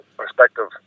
perspective